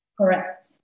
Correct